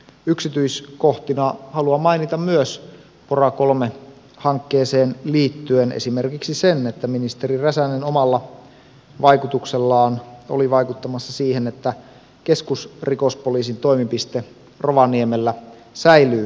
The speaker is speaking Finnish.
yksityiskohtana haluan mainita pora iii hankkeeseen liittyen myös esimerkiksi sen että ministeri räsänen omalla vaikutuksellaan oli vaikuttamassa siihen että keskusrikospoliisin toimipiste rovaniemellä säilyy